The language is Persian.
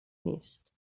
نیست